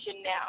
now